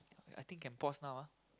I think can pause now ah